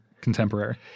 Contemporary